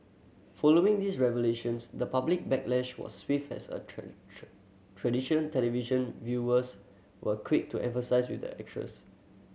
following these revelations the public backlash was swift as a tradition television viewers were quick to empathise with the actress